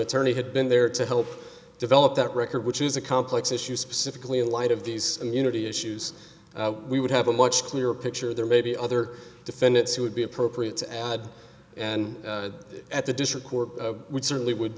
attorney had been there to help develop that record which is a complex issue specifically in light of these immunity issues we would have a much clearer picture there may be other defendants who would be appropriate and i and at the district court would certainly would